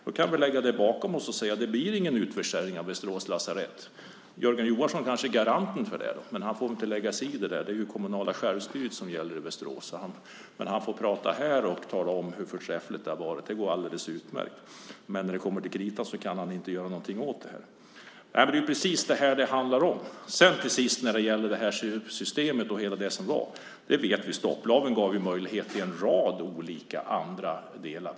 Då kan vi lägga det bakom oss och säga att det inte blir någon utförsäljning av Västerås lasarett. Jörgen Johansson kanske är garanten för det. Men han får inte lägga sig i det, för det är det kommunala självstyret som gäller i Västerås. Men här får han tala om hur förträffligt det har varit. Det går alldeles utmärkt. Men när det kommer till kritan kan han inte göra någonting åt det. Vi vet att stopplagen gav möjlighet till en rad olika aktörer.